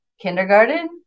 kindergarten